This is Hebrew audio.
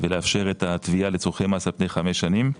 ולאפשר את התביעה לצורכי מס על פני חמש שנים.